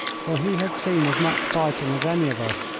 for he had seen as much fighting as any of us,